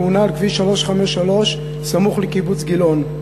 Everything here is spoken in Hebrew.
בתאונה על כביש 353 סמוך לקיבוץ גילאון.